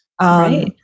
Right